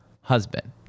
husband